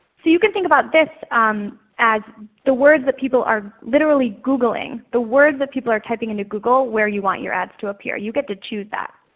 so you could think about this as the words that people are literally googling, the words that people are typing in to google where you want your ads to appear, you get to choose that.